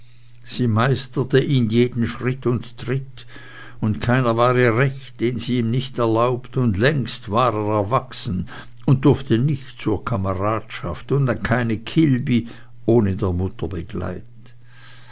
sie meisterte ihn jeden schritt und tritt und keiner war ihr recht den sie ihm nicht erlaubt und längst war er erwachsen und durfte nicht zur kameradschaft und an keine kilbi ohne der mutter begleit